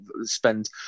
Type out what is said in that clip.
spend